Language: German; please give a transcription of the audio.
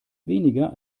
weniger